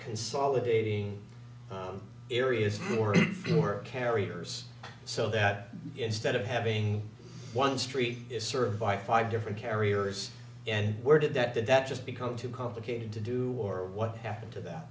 consolidating areas more work carriers so that instead of having one street is served by five different carriers and where did that did that just become too complicated to do or what happened to th